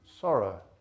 sorrow